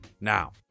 Now